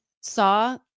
saw